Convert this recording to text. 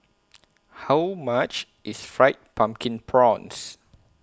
How much IS Fried Pumpkin Prawns